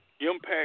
impact